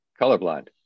Colorblind